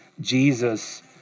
Jesus